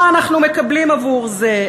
מה אנחנו מקבלים עבור זה?